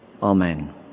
Amen